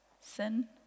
sin